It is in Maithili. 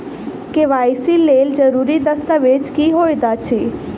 के.वाई.सी लेल जरूरी दस्तावेज की होइत अछि?